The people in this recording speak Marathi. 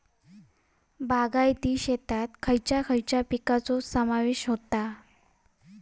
बागायती शेतात खयच्या खयच्या पिकांचो समावेश होता?